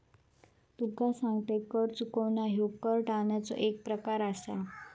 तुका सांगतंय, कर चुकवणा ह्यो कर टाळण्याचो एक प्रकार आसा